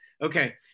Okay